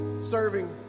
serving